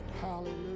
Hallelujah